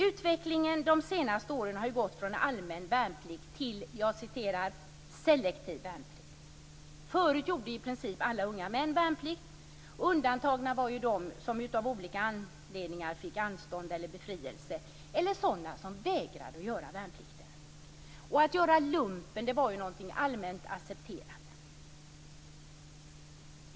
Utvecklingen de senaste åren har gått från allmän värnplikt till "selektiv värnplikt". Förut gjorde i princip alla unga män värnplikt. Undantagna var de som av olika anledningar fick anstånd eller befrielse eller sådana som vägrade att göra värnplikten. Att göra lumpen var någonting allmänt accepterat.